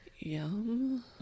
Yum